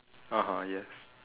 (uh huh) yes